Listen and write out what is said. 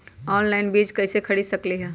Online बीज कईसे खरीद सकली ह?